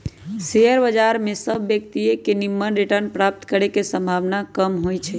share बजार में सभ व्यक्तिय के निम्मन रिटर्न प्राप्त करे के संभावना कम होइ छइ